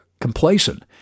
complacent